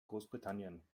großbritannien